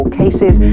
cases